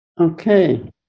Okay